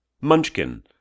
Munchkin